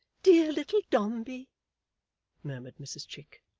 dear little dombey murmured mrs chick.